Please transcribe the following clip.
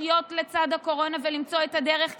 הקורונה ולמצוא את הדרך,